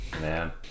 Man